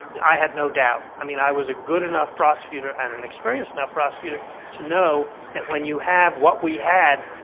i had no doubt. i mean, i was a good enough prosecutor and an experienced enough prosecutor to know that when you have what we had,